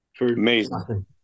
Amazing